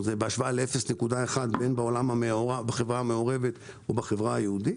בהשוואה ל-0.1% בחברה המעורבת ובחברה היהודית.